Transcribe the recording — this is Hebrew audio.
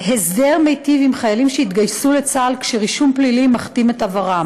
הסדר מיטיב עם חיילים שהתגייסו לצה"ל כשרישום פלילי מכתים את עברם.